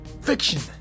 fiction